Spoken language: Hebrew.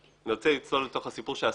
ואנסה לצלול לתוך את הסיפור של האסטרטגיה,